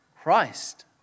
Christ